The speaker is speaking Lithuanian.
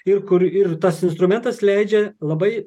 ir kur ir tas instrumentas leidžia labai